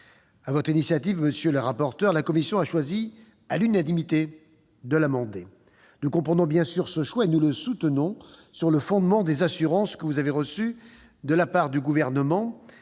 votre initiative, monsieur le rapporteur, la commission a choisi à l'unanimité de l'amender. Nous comprenons ce choix et le soutenons, sur le fondement des assurances que vous avez reçues de la part du Gouvernement